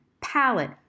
palette